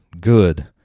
good